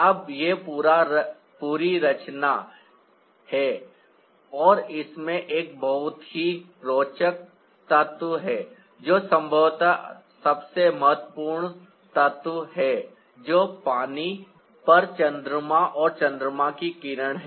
अब यह पूरी रचना है और इसमें एक बहुत ही रोचक तत्व है जो संभवतः सबसे महत्वपूर्ण तत्व है जो पानी पर चंद्रमा और चंद्रमा की किरण है